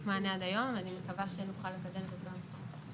מענה עד היום ואני מקווה שנוכל לקדם את הדבר הזה.